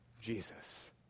jesus